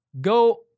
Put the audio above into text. go